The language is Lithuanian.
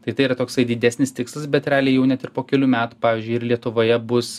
tai tai yra toksai didesnis tikslas bet realiai jau net ir po kelių metų pavyzdžiui ir lietuvoje bus